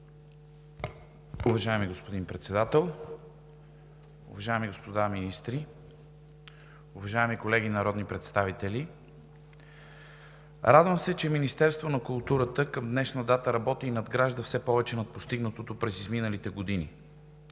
Уважаеми господин Председател, уважаеми господа министри, уважаеми колеги народни представители! Радвам се, че Министерство на културата към днешна дата работи и надгражда все повече постигнатото през изминалите години.